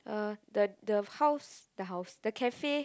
uh the the house the house the cafe